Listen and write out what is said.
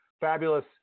fabulous